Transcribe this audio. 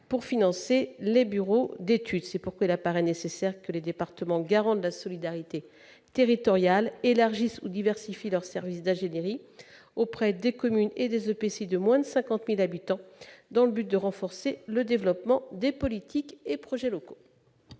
pour financer les bureaux d'études. Il apparaît donc nécessaire que les départements, garants de la solidarité territoriale, étendent ou diversifient leurs services d'ingénierie auprès des communes et des EPCI de moins de 50 000 habitants, dans le but de renforcer le développement des politiques et projets locaux.